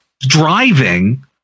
driving